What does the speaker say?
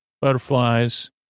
butterflies